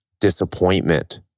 disappointment